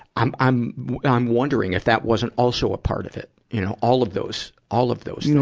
i'm, i'm, i'm wondering if that wasn't also a part of it. you know, all of those, all of those you know